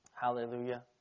Hallelujah